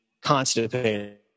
constipated